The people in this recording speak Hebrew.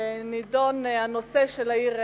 נדון הנושא של העיר אילת,